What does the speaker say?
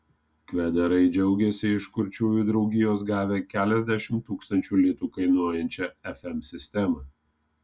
kvedarai džiaugiasi iš kurčiųjų draugijos gavę keliasdešimt tūkstančių litų kainuojančią fm sistemą